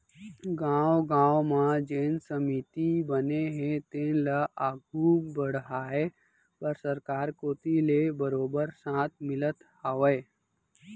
गाँव गाँव म जेन समिति बने हे तेन ल आघू बड़हाय बर सरकार कोती ले बरोबर साथ मिलत हावय